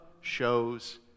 shows